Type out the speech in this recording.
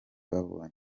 babonye